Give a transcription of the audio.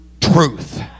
truth